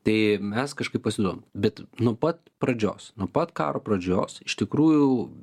tai mes kažkaip pasiduodam bet nuo pat pradžios nuo pat karo pradžios iš tikrųjų